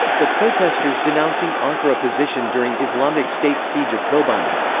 the protesters denouncing ankara position during islamic state's siege of kobani.